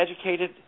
educated